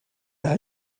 are